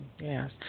Yes